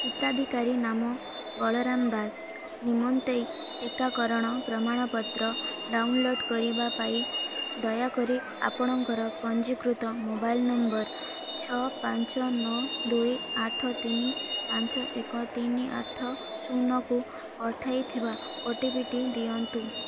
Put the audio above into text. ହିତାଧିକାରୀ ନାମ ବଳରାମ ଦାସ ନିମନ୍ତେ ଟିକାକରଣ ପ୍ରମାଣପତ୍ର ଡ଼ାଉନଲୋଡ଼୍ କରିବା ପାଇଁ ଦୟାକରି ଆପଣଙ୍କର ପଞ୍ଜୀକୃତ ମୋବାଇଲ ନମ୍ବର ଛଅ ପାଞ୍ଚ ନଅ ଦୁଇ ଆଠ ତିନି ପାଞ୍ଚ ଏକ ତିନି ଆଠ ଶୂନକୁ ପଠାଇଥିବା ଓଟିପିଟି ଦିଅନ୍ତୁ